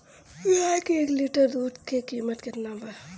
गाय के एक लीटर दुध के कीमत केतना बा?